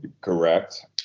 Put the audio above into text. Correct